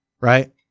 right